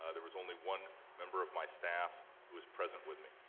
ah there was only one member of my staff who was present with me.